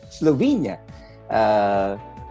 Slovenia